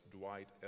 Dwight